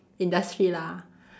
industry lah